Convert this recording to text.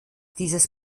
dieses